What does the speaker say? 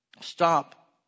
stop